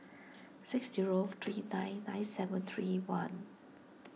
six zero three nine nine seven three one